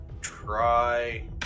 try